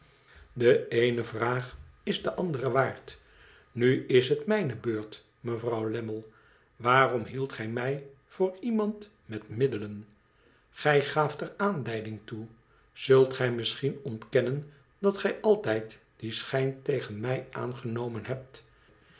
de eene viaag is de andere waard nu is het mijne beurt mevrouw lammie waarom hieldt gij mij voor iemand met middelen gij gaaft er aanleiding toe zult gij misschien ontkennen dat gij altijd dien schijn tegen mij aangenomen hebt